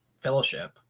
fellowship